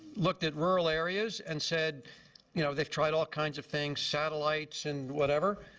looked at rural areas and said you know, they've tried all kinds of things, satellites and whatever.